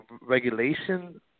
regulation